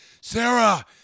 Sarah